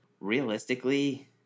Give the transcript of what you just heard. realistically